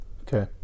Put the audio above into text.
Okay